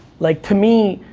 like, to me,